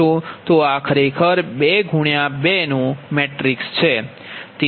તો આ ખરેખર આ 2 થી 2 મેટ્રિક્સ છે